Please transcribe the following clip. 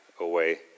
away